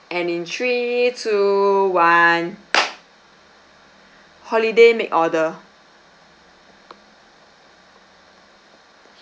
and in three two one holiday make order